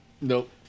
Nope